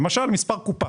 למשל מספר קופה